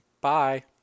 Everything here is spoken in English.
Bye